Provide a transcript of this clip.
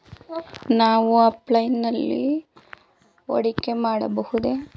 ನಾವು ಆಫ್ಲೈನ್ ನಲ್ಲಿ ಹೂಡಿಕೆ ಮಾಡಬಹುದೇ?